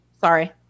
Sorry